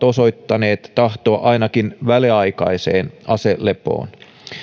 osoittaneet tahtoa ainakin väliaikaiseen aselepoon